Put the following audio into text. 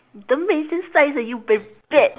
don't mention size eh you very bad